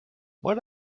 what